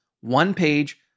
one-page